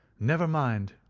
never mind,